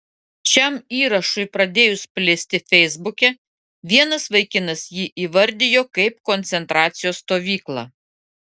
šiam įrašui pradėjus plisti feisbuke vienas vaikinas jį įvardijo kaip koncentracijos stovyklą